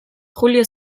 julio